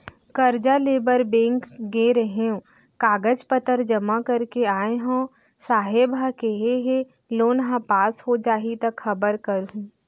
करजा लेबर बेंक गे रेहेंव, कागज पतर जमा कर के आय हँव, साहेब ह केहे हे लोन ह पास हो जाही त खबर करहूँ